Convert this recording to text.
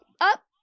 up